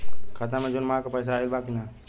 खाता मे जून माह क पैसा आईल बा की ना?